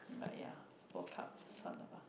but yeah World-Cup 算了 bah